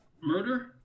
murder